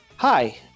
Hi